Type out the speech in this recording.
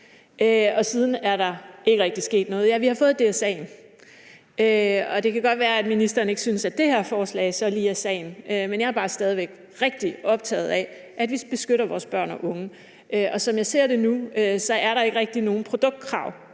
og siden er der ikke rigtig sket noget. Vi har fået DSA'en, og det kan godt være, at ministeren ikke synes, at det her forslag så lige er sagen, men jeg er bare stadig væk rigtig optaget af, at vi beskytter vores børn og unge. Som jeg ser det nu, er der ikke rigtig nogen produktkrav.